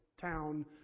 town